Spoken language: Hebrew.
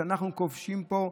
שאנחנו כובשים פה,